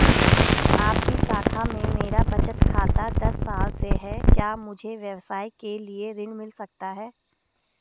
आपकी शाखा में मेरा बचत खाता दस साल से है क्या मुझे व्यवसाय के लिए ऋण मिल सकता है?